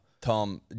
Tom